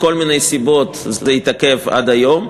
מכל מיני סיבות זה התעכב עד היום.